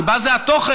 הליבה זה התוכן,